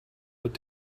wird